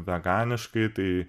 veganiškai tai